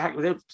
they-